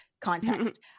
Context